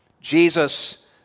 Jesus